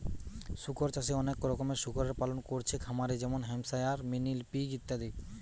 শুকর চাষে অনেক রকমের শুকরের পালন কোরছে খামারে যেমন হ্যাম্পশায়ার, মিনি পিগ ইত্যাদি